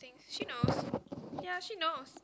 I think she knows ya she knows